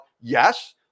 yes